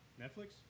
Netflix